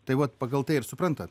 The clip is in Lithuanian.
tai vat pagal tai ir suprantat